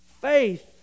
Faith